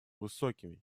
высокими